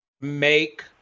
make